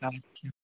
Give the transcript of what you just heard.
আচ্ছা